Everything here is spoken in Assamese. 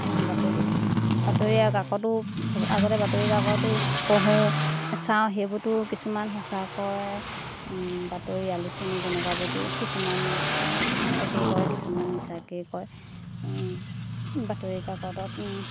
বাতৰি বাতৰি কাকতো আগতে বাতৰি কাকতো পঢ়ো চাওঁ সেইবোৰতো কিছুমান সঁচা কয় বাতৰি আলোচনী তেনেকুৱাবোৰতো কিছুমান সঁচাকেই কয় কিছুমান মিছাকেই কয় বাতৰি কাকতত